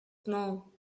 know